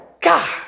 God